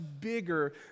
bigger